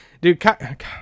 Dude